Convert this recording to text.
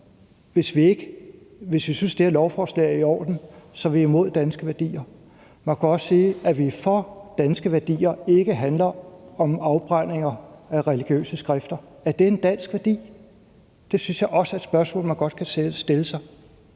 værdier. Hvis vi synes, det her lovforslag er i orden, bliver det gjort til, at så er vi imod danske værdier. Man kunne også sige, at hvorvidt vi er for danske værdier, ikke handler om afbrændinger af religiøse skrifter. Er det en dansk værdi? Det synes jeg også er et spørgsmål, man godt kan stille sig